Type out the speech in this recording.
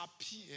appear